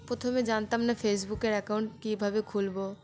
প্রথমে জানতাম না ফেসবুকের অ্যাকাউন্ট কীভাবে খুলব